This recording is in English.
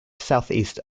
southeast